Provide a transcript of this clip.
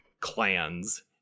clans